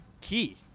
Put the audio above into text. key